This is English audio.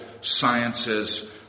sciences